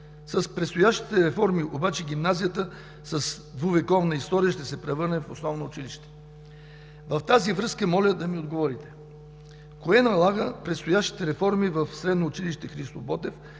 С предстоящите реформи обаче гимназията с двувековна история ще се превърне в основно училище. В тази връзка моля да ми отговорите: кое налага предстоящите реформи в Средно училище „Христо Ботев“,